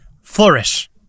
Flourish